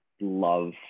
love